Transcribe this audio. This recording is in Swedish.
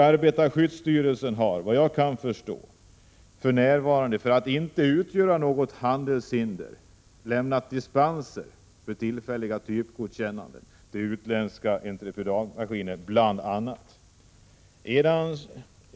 Arbetarskyddsstyrelsen har, såvitt jag förstår, lämnat dispenser för tillfälliga typgodkännanden till bl.a. utländska entreprenadmaskiner för att det inte skall finnas handelshinder på denna punkt.